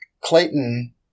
Clayton